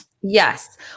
Yes